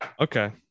Okay